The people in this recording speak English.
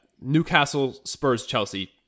Newcastle-Spurs-Chelsea